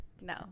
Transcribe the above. No